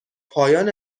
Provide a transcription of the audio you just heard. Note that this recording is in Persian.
پایان